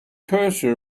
cursor